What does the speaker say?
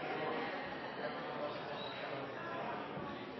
Dette